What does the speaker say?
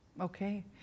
Okay